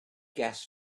gas